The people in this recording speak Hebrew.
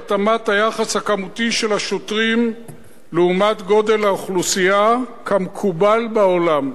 התאמת היחס הכמותי של השוטרים לגודל האוכלוסייה כמקובל בעולם,